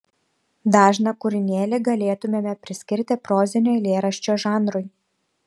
dažną kūrinėlį galėtumėme priskirti prozinio eilėraščio žanrui